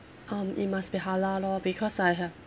um it must be halal lor because I have